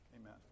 Amen